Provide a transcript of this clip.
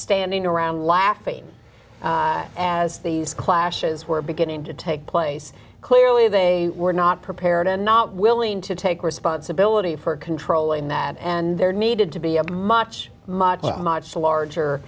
standing around laughing as these clashes were beginning to take place clearly they were not prepared and not willing to take responsibility for controlling that and there needed to be a much much